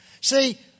See